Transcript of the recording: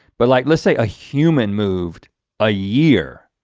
but like, let's say a human moved a year,